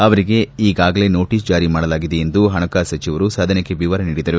ಅವರಿಗೆ ಈಗಾಗಲೇ ನೋಟಸ್ ಜಾರಿ ಮಾಡಲಾಗಿದೆ ಎಂದು ಪಣಕಾಸು ಸಚಿವರು ಸದನಕ್ಕೆ ವಿವರಣೆ ನೀಡಿದರು